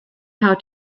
how